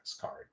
card